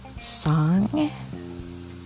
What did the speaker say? song